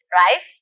right